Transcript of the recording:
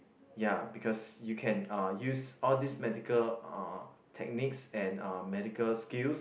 ya because you can uh use all these medical uh techniques and uh medical skills